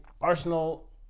Arsenal